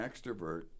extrovert